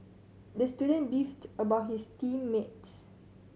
the student beefed about his team mates